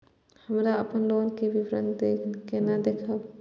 हमरा अपन लोन के विवरण केना देखब?